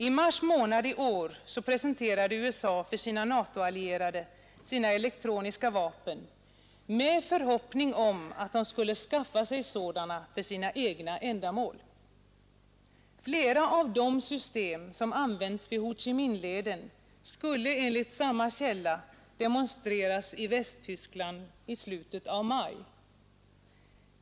I mars månad i år presenterade USA för sina NATO-allierade sina elektroniska vapen med förhoppning om att de skulle skaffa sig sådana för sina egna ändamål. Flera av de system som används vid Ho Chi Minh-leden skulle enligt samma källa demonstreras i Västtyskland i slutet av maj.